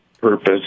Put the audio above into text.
purpose